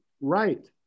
Right